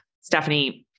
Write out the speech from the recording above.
Stephanie